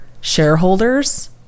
shareholders